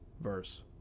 verse